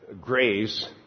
grace